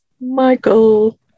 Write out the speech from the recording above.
Michael